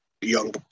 young